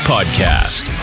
Podcast